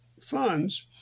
funds